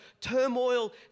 turmoil